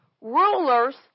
rulers